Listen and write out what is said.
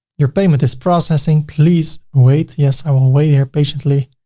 your payment is processing. please wait. yes, i will wait here patiently.